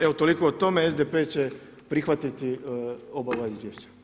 Evo toliko o tome, SDP će prihvatiti oba ova izvješća.